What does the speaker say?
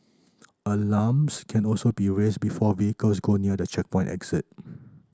alarms can also be raised before vehicles go near the checkpoint exit